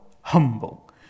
humble